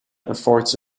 affords